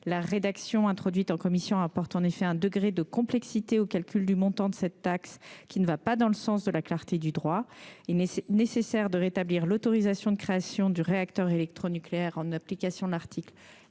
la rédaction introduite en commission apporte un degré de complexité au calcul du montant de cette taxe, qui ne va pas dans le sens de la clarté du droit. Il est nécessaire de rétablir l'autorisation de création du réacteur électronucléaire, en application de l'article